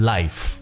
Life